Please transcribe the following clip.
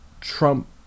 Trump